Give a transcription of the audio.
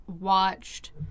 watched